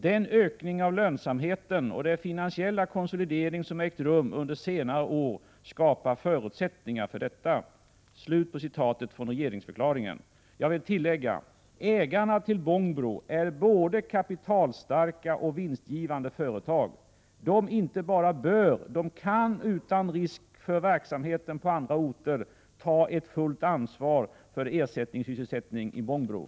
Den ökning av lönsamheten och den finansiella konsolidering som ägt rum under senare år skapar förutsättningar för detta.” Kommer regeringen att kräva att STORA tar ansvar för de förlorade arbetstillfällena vid sågen i Skoghall?